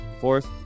Fourth